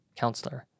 counselor